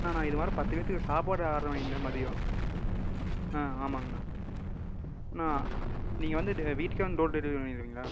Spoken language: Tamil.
அண்ணா நான் இது மாதிரி பத்து பேர்த்துக்கு சாப்பாடு ஆர்ட்ரு வாங்கிருந்தேன் மதியம் ஆ ஆமாங்கணா அண்ணா நீங்கள் வந்து வீட்டுக்கே வந்து டோர் டெலிவெரி வாங்கிடுவீங்களா